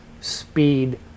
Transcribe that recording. speed